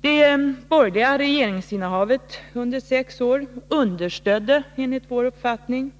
Det borgerliga regeringsinnehavet under sex år understödde enligt vår uppfattning